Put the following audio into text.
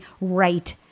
right